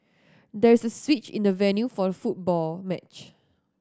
there is a switch in the venue for the football match